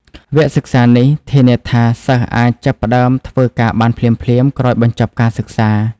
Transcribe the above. វគ្គសិក្សានេះធានាថាសិស្សអាចចាប់ផ្តើមធ្វើការបានភ្លាមៗក្រោយបញ្ចប់ការសិក្សា។